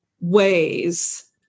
ways